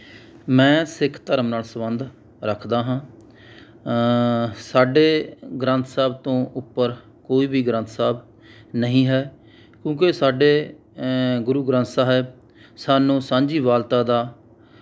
ਮੈਂ ਸਿੱਖ ਧਰਮ ਨਾਲ ਸੰਬੰਧ ਰੱਖਦਾ ਹਾਂ ਸਾਡੇ ਗ੍ਰੰਥ ਸਾਹਿਬ ਤੋਂ ਉੱਪਰ ਕੋਈ ਵੀ ਗ੍ਰੰਥ ਸਾਹਿਬ ਨਹੀਂ ਹੈ ਕਿਉਂਕਿ ਸਾਡੇ ਗੁਰੂ ਗ੍ਰੰਥ ਸਾਹਿਬ ਸਾਨੂੰ ਸਾਂਝੀਵਾਲਤਾ ਦਾ